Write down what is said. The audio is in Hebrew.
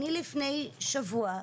אני לפני שבוע,